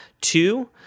Two